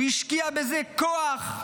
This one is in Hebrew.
הוא השקיע בזה כוח,